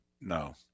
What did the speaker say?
No